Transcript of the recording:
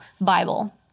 Bible